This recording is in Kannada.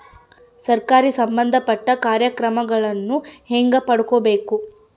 ಸರಕಾರಿ ಸಂಬಂಧಪಟ್ಟ ಕಾರ್ಯಕ್ರಮಗಳನ್ನು ಹೆಂಗ ಪಡ್ಕೊಬೇಕು?